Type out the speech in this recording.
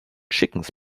chickens